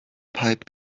pipe